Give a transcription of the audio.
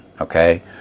okay